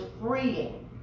freeing